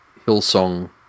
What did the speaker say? Hillsong